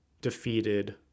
defeated